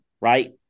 right